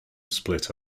split